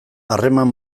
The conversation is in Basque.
harreman